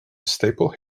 staple